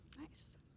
Nice